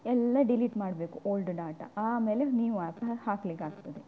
ಎಲ್ಲ ಡಿಲೀಟ್ ಮಾಡಬೇಕು old data ಆಮೇಲೆ ನ್ಯೂ ಆ್ಯಪ್ನ ಹಾಕಲಿಕ್ಕಾಗ್ತದೆ